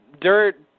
dirt